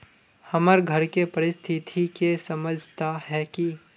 हमर घर के परिस्थिति के समझता है की?